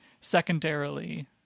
secondarily